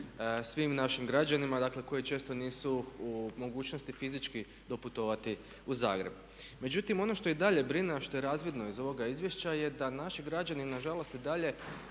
svim našim građanima dakle koji često nisu u mogućnosti fizički doputovati u Zagreb. Međutim, ono što i dalje brine a što je razvidno iz ovoga izvješća je da naši građani nažalost i dalje